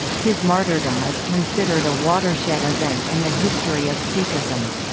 his martyrdom is considered a watershed event in the history of sikhism.